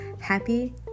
happy